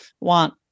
want